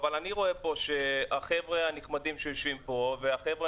אבל אני רואה פה שהחבר'ה הנחמדים שיושבים פה והחבר'ה